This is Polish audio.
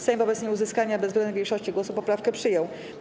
Sejm wobec nieuzyskania bezwzględnej większości głosów poprawkę przyjął.